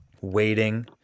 waiting